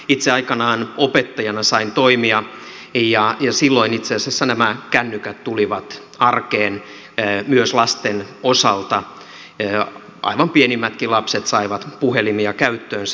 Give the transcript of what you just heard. itse aikanaan opettajana sain toimia ja silloin itse asiassa nämä kännykät tulivat arkeen myös lasten osalta aivan pienimmätkin lapset saivat puhelimia käyttöönsä